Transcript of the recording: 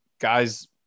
Guys